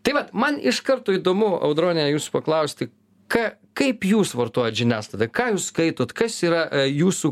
tai vat man iš karto įdomu audrone jūs paklausti ką kaip jūs vartojat žiniasklaidą ką jūs skaitot kas yra jūsų